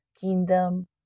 kingdom